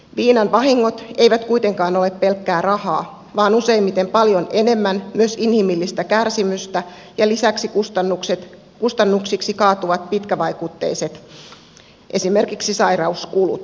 viinan vahingot eivät kuitenkaan ole pelkkää rahaa vaan useimmiten paljon enemmän myös inhimillistä kärsimystä ja lisäksi kustannuksiksi kaatuvat pitkävaikutteiset esimerkiksi sairauskulut